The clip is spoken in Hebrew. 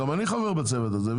גם אני חבר בצוות הזה,